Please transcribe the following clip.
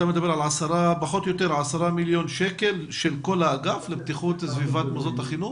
אתה מדבר על כ-10 מיליון שקל לכל האגף לבטיחות בסביבת מוסדות החינוך?